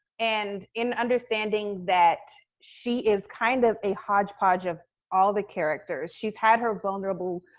and in understanding that she is kind of a hodge-podge of all the characters. she's had her vulnerable,